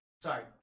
Sorry